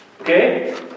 Okay